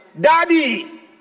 Daddy